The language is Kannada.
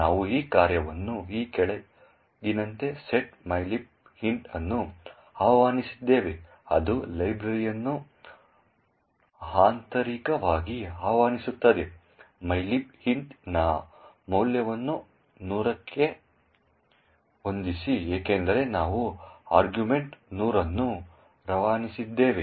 ನಾವು ಈ ಕಾರ್ಯವನ್ನು ಈ ಕೆಳಗಿನಂತೆ set mylib int ಅನ್ನು ಆಹ್ವಾನಿಸಿದ್ದೇವೆ ಅದು ಲೈಬ್ರರಿಯನ್ನು ಆಂತರಿಕವಾಗಿ ಆಹ್ವಾನಿಸುತ್ತದೆ mylib int ನ ಮೌಲ್ಯವನ್ನು 100 ಗೆ ಹೊಂದಿಸಿ ಏಕೆಂದರೆ ನಾವು ಆರ್ಗ್ಯುಮೆಂಟ್ 100 ಅನ್ನು ರವಾನಿಸುತ್ತಿದ್ದೇವೆ